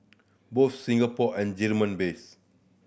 both Singapore and German based